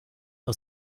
aus